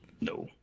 No